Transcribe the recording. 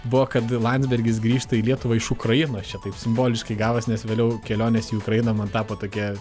buvo kad landsbergis grįžta į lietuvą iš ukrainos čia taip simboliškai gavos nes vėliau kelionės į ukrainą man tapo tokia